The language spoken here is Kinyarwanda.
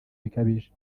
bikabije